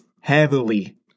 heavily